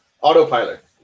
autopilot